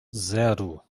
zero